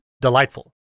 delightful